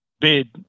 bid